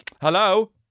Hello